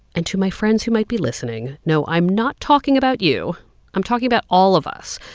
and to my friends who might be listening, no, i'm not talking about you i'm talking about all of us.